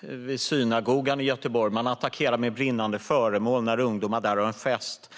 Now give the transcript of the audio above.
vid synagogan i Göteborg. Man attackerade med brinnande föremål när ungdomar hade fest.